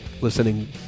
listening